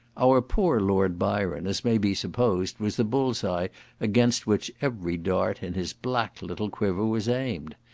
our poor lord byron, as may be supposed, was the bull's-eye against which every dart in his black little quiver was aimed.